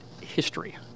history